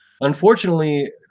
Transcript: unfortunately